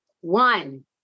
one